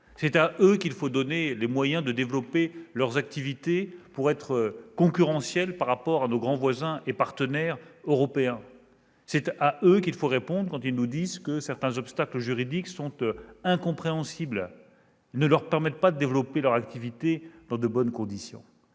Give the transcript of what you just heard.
c'est à eux qu'il faut donner les moyens de développer leurs activités pour être concurrentiel par rapport à nos grands voisins et partenaires européens ; c'est à eux qu'il faut répondre quand ils disent que certains obstacles juridiques sont incompréhensibles et les empêchent de développer leur activité dans de bonnes conditions.